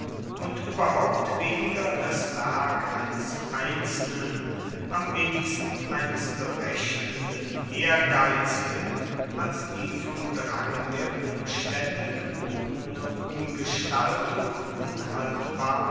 und überhaupt weniger das werk eines einzelnen am wenigsten eines berechnenden ehrgeizigen als die vom drang der umstände gebotene umgestaltung unhaltbar